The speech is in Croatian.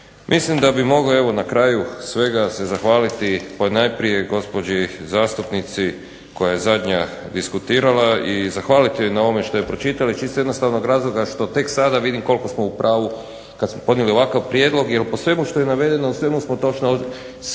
Mislim da bi mogao evo na kraju svega se zahvaliti ponajprije gospođi zastupnici koja je zadnja diskutirala, i zahvaliti joj na ovome što je pročitala, iz čisto jednostavnog razloga što tek sada vidim koliko smo u pravu kad smo podnijeli ovakav prijedlog, jer po svemu što je navedenu u svemu smo točno poštivali